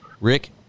Rick